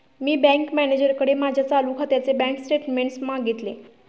मी bank मॅनेजरकडे माझ्या चालू खात्याचे बँक स्टेटमेंट्स मागितले